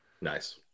Nice